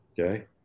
okay